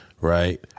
right